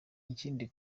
ikindi